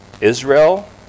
Israel